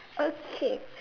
okay